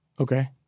Okay